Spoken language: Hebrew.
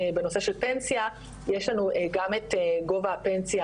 בנושא של פנסיה יש לנו גם את גובה הפנסיה